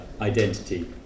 identity